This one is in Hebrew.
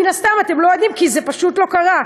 מן הסתם אתם לא יודעים, כי זה פשוט לא קרה.